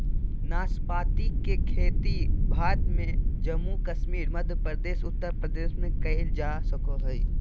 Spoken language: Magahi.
नाशपाती के खेती भारत में जम्मू कश्मीर, मध्य प्रदेश, उत्तर प्रदेश में कइल जा सको हइ